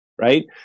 right